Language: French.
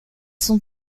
sont